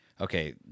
Okay